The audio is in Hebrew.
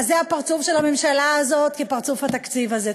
זה הפרצוף של הממשלה הזאת, כפרצוף התקציב הזה.